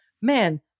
man